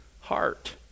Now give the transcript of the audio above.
heart